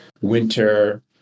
winter